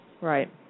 Right